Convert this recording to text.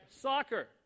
soccer